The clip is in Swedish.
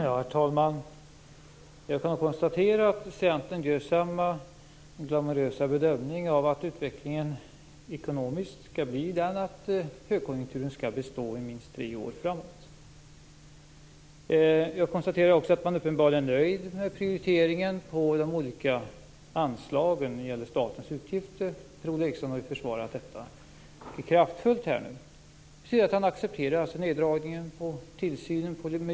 Herr talman! Jag kan konstatera att Centern gör samma glamorösa bedömning, nämligen att utvecklingen ekonomiskt är den att högkonjunkturen kommer att bestå i minst tre år. Uppenbarligen är man nöjd med prioriteringen vad gäller de olika anslagen och statens utgifter. Per Ola Eriksson har ju kraftfullt försvarat detta. Jag ser att han accepterar neddragningen av tillsynen på miljöområdet.